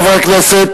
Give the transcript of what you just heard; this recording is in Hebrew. חברי הכנסת,